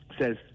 says